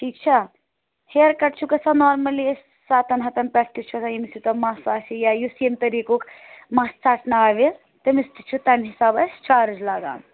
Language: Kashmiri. ٹھیٖک چھےٚ ہِیَر کَٹ چھُ گژھان نارمٔلی أسۍ سَتَن ہَتَن پٮ۪ٹھ تہِ چھُ آسان ییٚمِس یوٗتاہ مَس آسہِ یا یُس ییٚمہِ طریٖقُک مَس ژٹناوِ تٔمِس تہِ چھِ تمہِ حساب أسۍ چارٕج لاگان